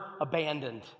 abandoned